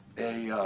a